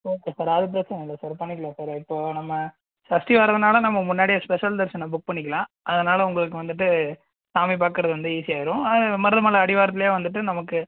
okay sir அது பிரச்சனை இல்லை சார் பண்ணிக்கலாம் சார் இப்போது நம்ம சஷ்டி வரதினால நம்ம முன்னாடியே ஸ்பெஷல் தரிசனம் புக் பண்ணிக்கலாம் அதனாலே உங்களுக்கு வந்துட்டு சாமி பார்க்கறது வந்து ஈஸியாக ஆகிடும் அதுமாரி மருதமலை அடிவாரத்தில் வந்துட்டு நமக்கு